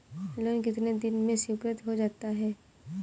Loan कितने दिन में स्वीकृत हो जाता है?